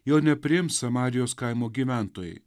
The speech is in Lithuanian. jo nepriims samarijos kaimo gyventojai